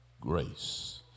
grace